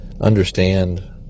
understand